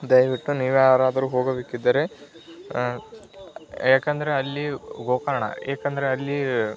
ದಯವಿಟ್ಟು ನೀವು ಯಾರಾದರೂ ಹೋಗಲಿಕ್ಕಿದ್ದರೆ ಏಕಂದರೆ ಅಲ್ಲಿ ಗೋಕರ್ಣ ಏಕಂದರೆ ಅಲ್ಲಿ